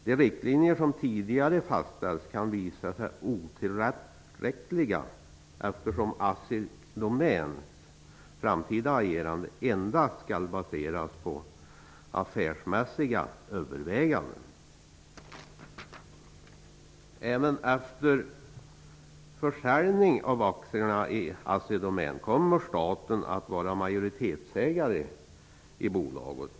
De riktlinjer som tidigare fastställts kan visa sig otillräckliga, eftersom Assidomäns framtida agerande endast skall baseras på affärsmässiga överväganden. Även efter försäljningen av aktier i Assidomän kommer staten att vara majoritetsägare i bolaget.